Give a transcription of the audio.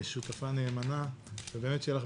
שותפה נאמנה, ובאמת שיהיה לך